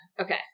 okay